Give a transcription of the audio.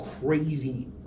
crazy